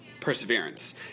perseverance